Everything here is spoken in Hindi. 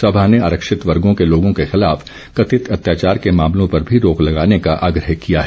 सभा ने आरक्षित वर्गों के लोगों के खिलाफ कथित अत्याचार के मामलों पर भी रोक लगाने का आग्रह किया है